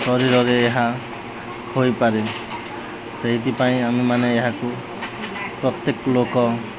ଶରୀରରେ ଏହା ହୋଇପାରେ ସେଇଥିପାଇଁ ଆମେମାନେ ଏହାକୁ ପ୍ରତ୍ୟେକ ଲୋକ